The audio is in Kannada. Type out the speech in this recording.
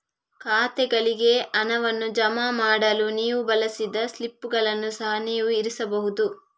ಖಾತೆಗಳಿಗೆ ಹಣವನ್ನು ಜಮಾ ಮಾಡಲು ನೀವು ಬಳಸಿದ ಸ್ಲಿಪ್ಪುಗಳನ್ನು ಸಹ ನೀವು ಇರಿಸಬಹುದು